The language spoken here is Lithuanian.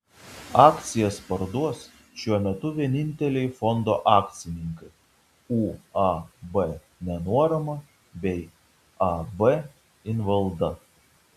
akcijas parduos šiuo metu vieninteliai fondo akcininkai uab nenuorama bei ab invalda